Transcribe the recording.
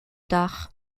tard